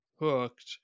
hooked